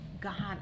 God